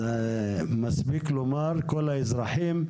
מספיק לומר "כל האזרחים"